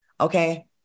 okay